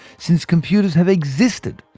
since computers have existed,